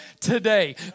today